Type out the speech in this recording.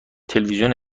تلویزیون